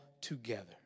together